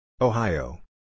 Ohio